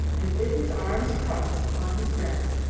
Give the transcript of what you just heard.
and with his arms crossed on his breast,